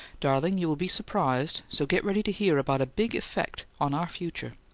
darling, you will be surprised, so get ready to hear about a big effect on our future.